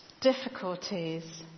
difficulties